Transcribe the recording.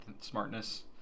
smartness